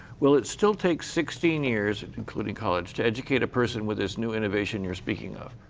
will it still take sixteen years including college, to educate a person with this new innovation you're speaking of?